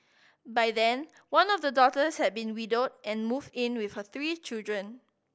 by then one of the daughters had been widowed and moved in with her three children